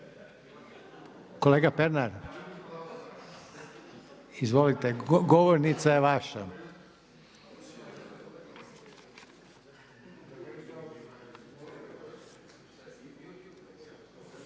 Ivan Pernar. Izvolite, govornica je vaša.